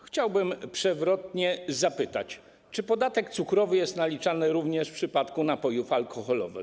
Chciałbym przewrotnie zapytać: Czy podatek cukrowy jest naliczany również w przypadku napojów alkoholowych?